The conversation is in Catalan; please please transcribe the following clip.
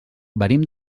venim